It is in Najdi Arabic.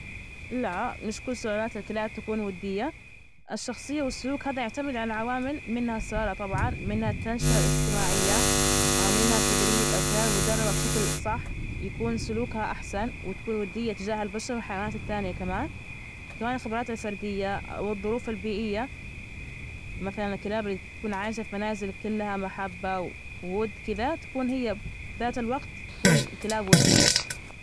لا مش كل سلالات الكلاب تكون ودية، الشخصية والسلوك، هذا يعتمد على عوامل منها السلالة طبعا، منها التنشئة الاجتماعية منها التدريب، الكلاب المدربة بشكل صح يكون سلوكها أحسن وتكون ودية تجاه البشر، والحيوانات الثانية، كمان الخبرات الفردية والظروف البيئية. مثلا الكلاب اللي تكون عايشة في منازل، كلها محبة وود كدا، تكون هي ذات الوقت تكون كلاب ودية.